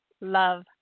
love